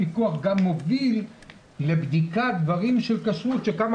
הפיקוח גם מוביל לבדיקת דברים של כשרות שכמה